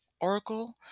Oracle